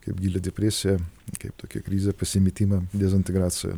kaip gilią depresiją kaip tokią krizę pasimetimą dezintegraciją